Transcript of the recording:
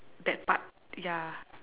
that part ya